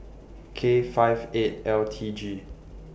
K five eight L T G